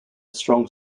strong